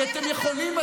כי אתם יכולים,